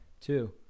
two